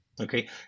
Okay